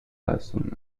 leistungen